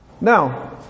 Now